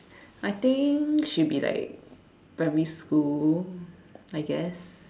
I think should be like primary school I guess